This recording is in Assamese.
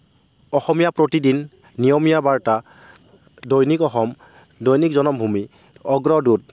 অসমীয়া প্ৰতিদিন নিয়মীয়া বাৰ্তা দৈনিক অসম দৈনিক জনমভূমি অগ্ৰদূত